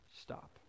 stop